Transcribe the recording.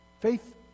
faith